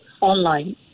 online